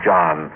John